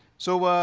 so,